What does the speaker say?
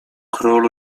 król